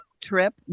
trip